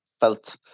felt